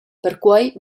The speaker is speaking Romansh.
perquei